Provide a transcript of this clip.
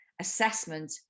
assessment